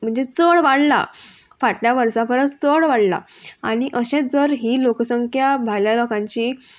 म्हणजे चड वाडला फाटल्या वर्सां परस चड वाडला आनी अशेंच जर ही लोकसंख्या भायल्या लोकांची